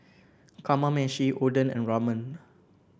Kamameshi Oden and Ramen